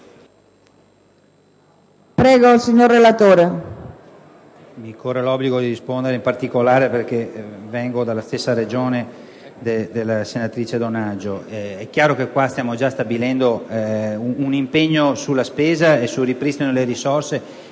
Presidente, mi corre l'obbligo di rispondere in particolare perché vengo dalla stessa Regione della senatrice Donaggio. Nell'ordine del giorno si stabilisce un impegno sulla spesa e sul ripristino delle risorse;